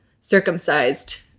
circumcised